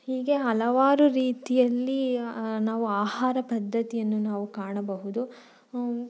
ಹೀಗೆ ಹಲವಾರು ರೀತಿಯಲ್ಲಿ ನಾವು ಆಹಾರ ಪದ್ದತಿಯನ್ನು ನಾವು ಕಾಣಬಹುದು